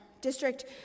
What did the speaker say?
district